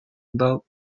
about